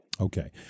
Okay